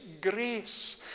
grace